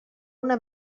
una